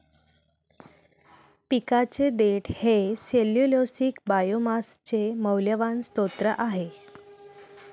पिकाचे देठ हे सेल्यूलोसिक बायोमासचे मौल्यवान स्त्रोत आहे